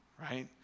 right